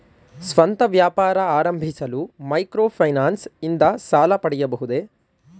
ಸ್ವಂತ ವ್ಯಾಪಾರ ಆರಂಭಿಸಲು ಮೈಕ್ರೋ ಫೈನಾನ್ಸ್ ಇಂದ ಸಾಲ ಪಡೆಯಬಹುದೇ?